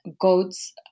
goats